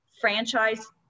franchise